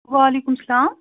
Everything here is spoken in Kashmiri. وعلیکُم سلام